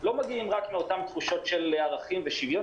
לא מגיעים רק מאותם תחושות של ערכים ושוויון